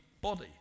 body